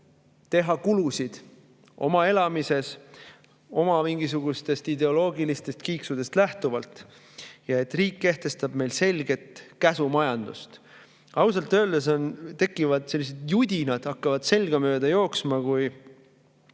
teha kulutusi oma elamises oma mingisugustest ideoloogilistest kiiksudest lähtuvalt ja et riik kehtestab meil selget käsumajandust. Ausalt öeldes hakkavad sellised judinad selga mööda jooksma, kui